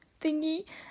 thingy